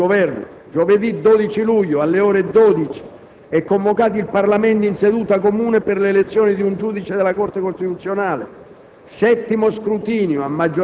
su richiesta del Governo. Giovedì 12 luglio, alle ore 12, è convocato il Parlamento in seduta comune per l'elezione di un giudice della Corte costituzionale